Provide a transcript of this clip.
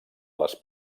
les